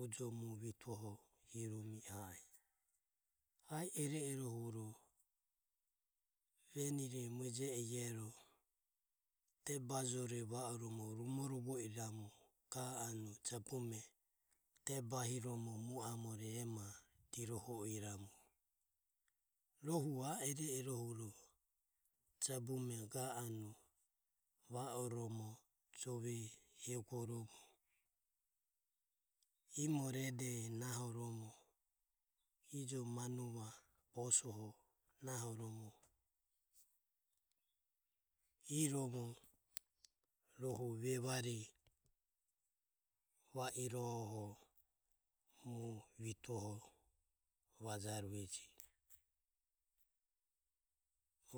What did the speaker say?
Ujo mue vituho vae a e. Ae iro iroho venire mueje e iaero debajoro va oromo ga anue jabume de bahiromo mu amore diroho iramu. Rohu ae iro iro huro jabume ga anue nimo jove uegoromo imo rede nahoromo ijo manuva bosoho nahoromo iromo vevare va irohoho mue vituho